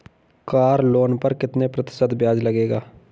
Car loan पर कितने प्रतिशत ब्याज लगेगा?